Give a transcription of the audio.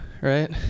right